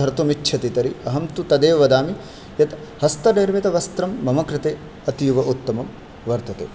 धर्तुमिच्छति तर्हि अहं तु तदेव वदामि यद् हस्तनिर्मितवस्त्रं मम कृते अतीव उत्तमं वर्तते